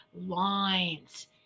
lines